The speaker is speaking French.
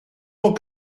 ans